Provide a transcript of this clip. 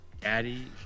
daddy